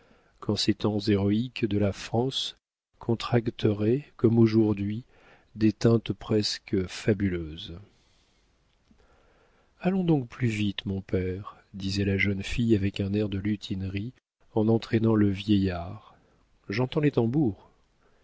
quand ces temps héroïques de la france contracteraient comme aujourd'hui des teintes presque fabuleuses allons donc plus vite mon père disait la jeune fille avec un air de lutinerie en entraînant le vieillard j'entends les tambours